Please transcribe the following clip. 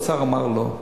האוצר אמר לא.